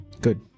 Good